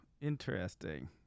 interesting